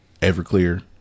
Everclear